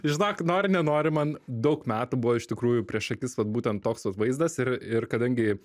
žinok nori nenori man daug metų buvo iš tikrųjų prieš akis vat būtent toks vat vaizdas ir ir kadangi